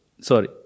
sorry